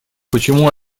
почему